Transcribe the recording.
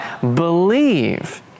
Believe